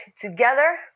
together